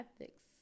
ethics